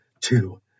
two